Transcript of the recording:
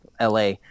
LA